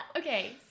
okay